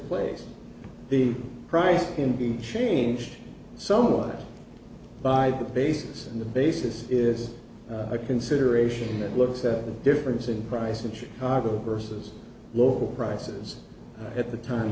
place the price can be changed somewhat by the basis and the basis is a consideration that looks at the difference in price of chicago versus local prices at the time